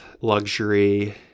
luxury